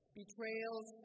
betrayals